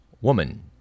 woman